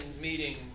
meeting